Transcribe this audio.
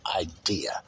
idea